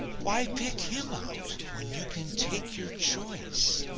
why pick him out, when you can take your choice?